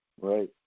Right